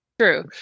True